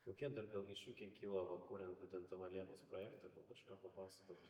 kokie dar gal iššūkiai kilo va kuriant būtent tą va liepos projektą gal kažką papasakok